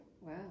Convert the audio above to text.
Wow